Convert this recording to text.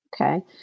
Okay